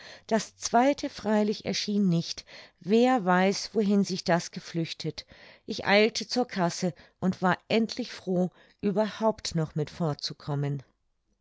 das zweite freilich erschien nicht wer weiß wohin sich das geflüchtet ich eilte zur kasse und war endlich froh überhaupt noch mit